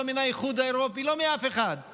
לא מן האיחוד האירופי ולא מאף אחד על